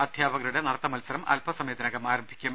അധ്യാപകരുടെ നടത്ത മത്സരം അൽപ സമയത്തിനകം ആരംഭിക്കും